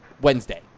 Wednesday